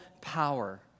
power